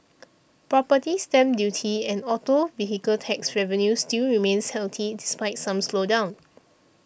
property stamp duty and auto vehicle tax revenue still remains healthy despite some slowdown